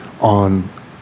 on